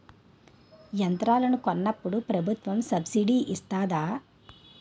యంత్రాలను కొన్నప్పుడు ప్రభుత్వం సబ్ స్సిడీ ఇస్తాధా?